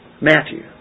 Matthew